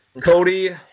Cody